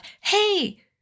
hey